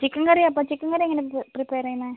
chicken curry അപ്പോൾ chicken curry എങ്ങനെയാണ് prepare ചെയ്യുന്നത്